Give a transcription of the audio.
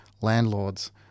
Landlords